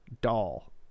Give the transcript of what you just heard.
doll